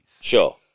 sure